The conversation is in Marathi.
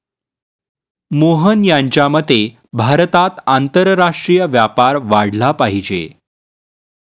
मोहन यांच्या मते भारतात आंतरराष्ट्रीय व्यापार वाढला पाहिजे